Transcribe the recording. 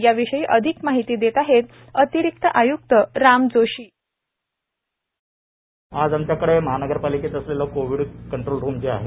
या विषयी अधिक माहिती देत आहेत अतिरिक्त आय्क्त राम जोशी आज आमच्याकडे महानगरपालिकेचा असलेला कोविड कंट्रोल रूम जो आहे